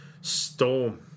Storm